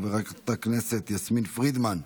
חברת הכנסת יסמין פרידמן,